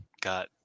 got